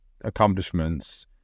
accomplishments